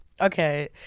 Okay